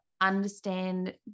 understand